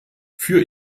für